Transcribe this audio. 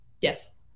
yes